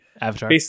Avatar